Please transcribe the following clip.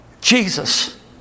Jesus